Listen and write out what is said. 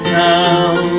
town